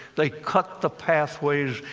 they cut the pathways,